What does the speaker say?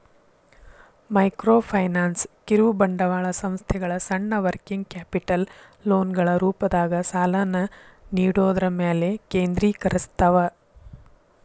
microfinance ಕಿರುಬಂಡವಾಳ ಸಂಸ್ಥೆಗಳ ಸಣ್ಣ ವರ್ಕಿಂಗ್ ಕ್ಯಾಪಿಟಲ್ ಲೋನ್ಗಳ ರೂಪದಾಗ ಸಾಲನ ನೇಡೋದ್ರ ಮ್ಯಾಲೆ ಕೇಂದ್ರೇಕರಸ್ತವ